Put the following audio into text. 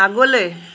আগলৈ